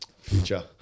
future